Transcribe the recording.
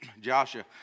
Joshua